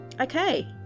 Okay